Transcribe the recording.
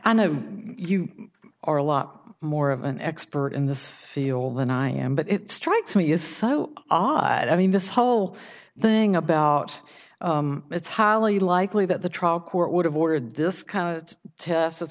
i know you are a lot more of an expert in this field than i am but it strikes me is so odd i mean this whole thing about it's highly likely that the trial court would have ordered this kind